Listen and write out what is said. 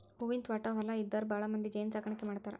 ಹೂವಿನ ತ್ವಾಟಾ ಹೊಲಾ ಇದ್ದಾರ ಭಾಳಮಂದಿ ಜೇನ ಸಾಕಾಣಿಕೆ ಮಾಡ್ತಾರ